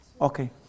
Okay